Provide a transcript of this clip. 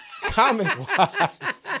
comic-wise